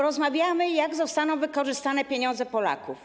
Rozmawiamy o tym, jak zostaną wykorzystane pieniądze Polaków.